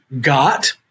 got